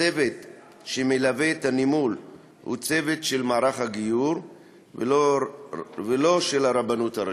הצוות שמלווה את הנימול הוא צוות של מערך הגיור ולא של הרבנות הראשית.